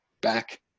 back